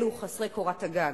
אלו חסרי קורת-הגג.